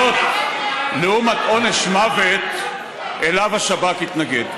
זאת, לעומת עונש מוות, שאליו השב"כ התנגד.